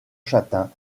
châtain